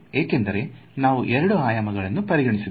ಯಾಕೆಂದರೆ ನಾವು 2 ಆಯಾಮಗಳ ಪರಿಗಣಿಸಿದ್ದೇವೆ